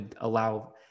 allow